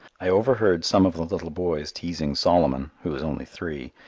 i overheard some of the little boys teasing solomon, who is only three,